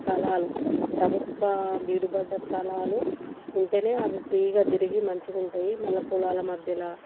స్థలాలు ప్రభుత్వ బీడుబడ్డ స్థలాలు ఉంటేనే అవి ఫ్రీగా తిరిగి మంచిగా ఉంటాయి మళ్ళీ పొలాల మధ్యలో